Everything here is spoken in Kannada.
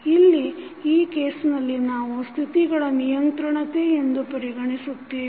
ಇಲ್ಲಿ ಈ ಕೇಸ್ನಲ್ಲಿ ನಾವು ಸ್ಥಿತಿಗಳ ನಿಯಂತ್ರಣತೆ ಎಂದು ಪರಿಗಣಿಸುತ್ತೇವೆ